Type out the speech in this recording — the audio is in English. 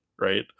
right